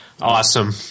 Awesome